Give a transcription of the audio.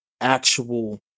actual